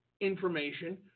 information